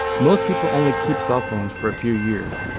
most people only keep cell phones for a few years,